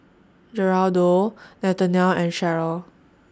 Geraldo Nathanial and Sheryl